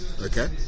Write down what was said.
Okay